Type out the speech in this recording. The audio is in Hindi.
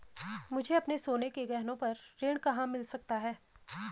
मुझे अपने सोने के गहनों पर ऋण कहाँ मिल सकता है?